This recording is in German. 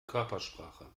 körpersprache